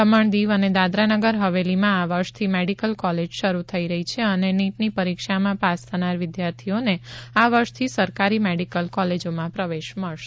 દમણ દીવ અને દાદરા નગર હવેલીમાં આ વર્ષથી મેડિકલ કોલેજ શરૂ થઈ રહી છે અને નીટની પરીક્ષામાં પાસ થનાર વિદ્યાર્થીઓને આ વર્ષથી સરકારી મેડિકલ કોલેજોમાં પ્રવેશ મળશે